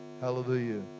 hallelujah